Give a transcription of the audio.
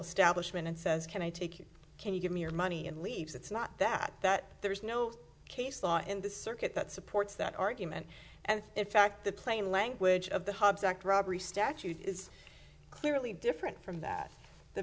establishment and says can i take you can you give me your money and leaves it's not that that there is no case law in the circuit that supports that argument and in fact the plain language of the hub's act robbery statute is clearly different from that the